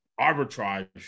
arbitrage